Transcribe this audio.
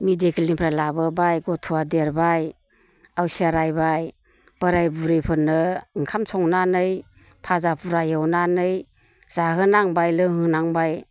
मेडिकेलनिफ्राय लाबोबाय गथ'आ देरबाय आवसिया रायबाय बोराय बुरैफोरनो ओंखाम संनानै फाजा फुरा एवनानै जाहो नांबाय लोंहो नांबाय